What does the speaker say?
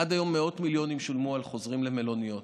עד היום מאות מיליונים שולמו על חוזרים למלוניות,